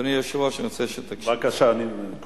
אדוני היושב-ראש, אני רוצה שתקשיב לי.